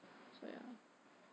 so ya